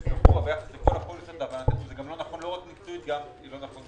זה לא נכון לא רק מקצועית אלא גם משפטית.